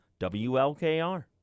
WLKR